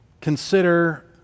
Consider